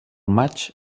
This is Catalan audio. maig